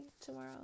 tomorrow